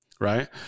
Right